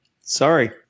Sorry